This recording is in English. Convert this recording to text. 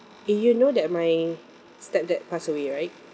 you know that my step dad pass away right